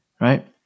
right